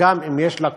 גם אם יש לה קורבנות,